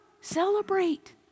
Celebrate